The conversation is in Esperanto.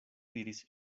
diris